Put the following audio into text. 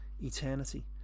eternity